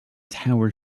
tower